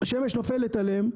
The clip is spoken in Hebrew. השמש נופלת עליהם,